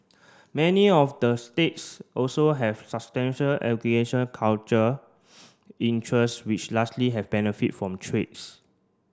many of the states also have substantial interest which largely have benefit from trades